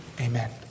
amen